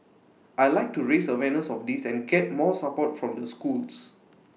I'd like to raise awareness of this and get more support from the schools